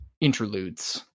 interludes